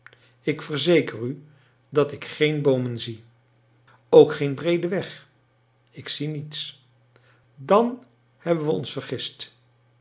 ik verzeker u dat ik geen boomen zie ook geen breeden weg ik zie niets dan hebben we ons vergist